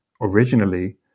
originally